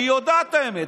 היא יודעת את האמת,